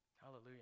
hallelujah